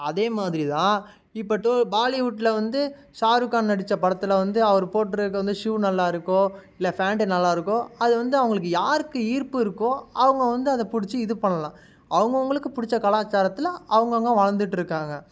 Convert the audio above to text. அதே மாதிரி தான் இப்போ டோ பாலிவுட்ல வந்து ஷாருக்கான் நடித்த படத்தில் வந்து அவரு போட்டிருக்க வந்து ஷூ நல்லாயிருக்கோ இல்லை ஃபேண்ட்டு நல்லாயிருக்கோ அது வந்து அவங்களுக்கு யாருக்கு ஈர்ப்பு இருக்கோ அவங்க வந்து அதை பிடிச்சி இது பண்ணலாம் அவங்கவுங்களுக்கு பிடிச்ச கலாச்சாரத்தில் அவங்கவுங்க வாழ்ந்துட்டிருக்காங்க